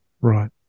Right